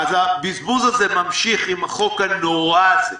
הבזבוז הזה ממשיך עם החוק הנורא הזה.